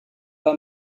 pas